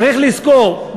צריך לזכור,